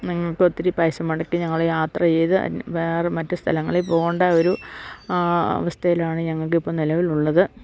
നിങ്ങൾക്ക് ഒത്തിരി പൈസ മുടക്കി ഞങ്ങള് യാത്ര ചെയ്ത് വേറെ മറ്റു സ്ഥലങ്ങളിൽ പോകേണ്ട ഒരു അവസ്ഥയിലാണ് ഞങ്ങൾക്കിപ്പം നിലവിലുള്ളത്